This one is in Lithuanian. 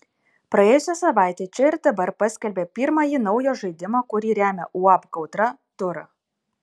praėjusią savaitę čia ir dabar paskelbė pirmąjį naujo žaidimo kurį remia uab kautra turą